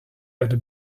erde